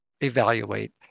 evaluate